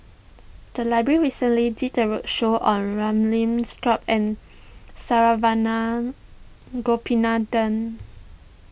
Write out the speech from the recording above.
the library recently did a roadshow on Ramli Sarip and Saravanan Gopinathan